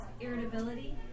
irritability